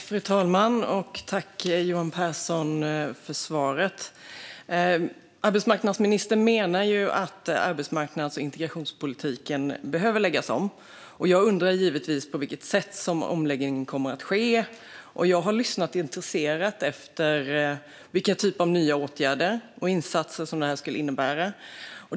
Fru talman! Tack, Johan Pehrson, för svaret! Arbetsmarknadsministern menar att arbetsmarknads och integrationspolitiken behöver läggas om. Jag undrar givetvis på vilket sätt som omläggningen kommer att ske. Jag har lyssnat intresserat efter vilken typ av nya åtgärder och insatser som det här skulle innebära.